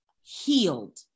healed